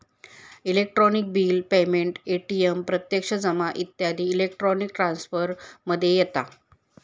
electronic bill payment, ATM प्रत्यक्ष जमा इत्यादी इलेक्ट्रॉनिक ट्रांसफर मध्ये येता